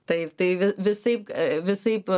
taip tai vi visaip visaip